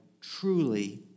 truly